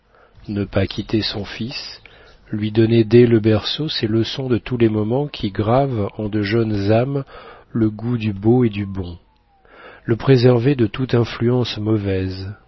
ne pas quitter son fils lui donner dès le berceau ces leçons de tous les moments qui gravent en de jeunes âmes le goût du beau et du bon le préserver de toute influence mauvaise